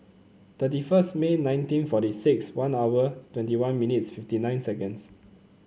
thirty first May nineteen forty six one hour twenty one minutes fifty nine seconds